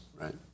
right